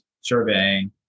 surveying